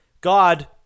God